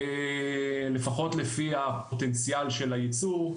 לפחות לפי הפוטנציאל של הייצור,